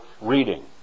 reading